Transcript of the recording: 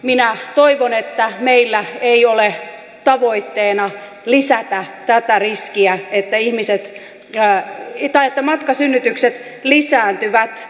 minä toivon että meillä ei ole tavoitteena lisätä tätä riskiä että matkasynnytykset lisääntyvät